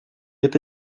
это